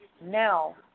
Now